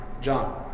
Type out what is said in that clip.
John